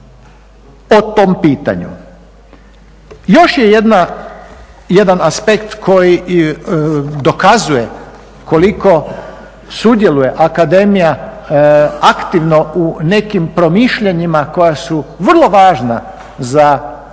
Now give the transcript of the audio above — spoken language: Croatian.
o tom pitanju. Još je jedna, jedan aspekt koji dokazuje koliko sudjeluje akademija aktivno u nekim promišljanjima koja su vrlo važna za Hrvatsku,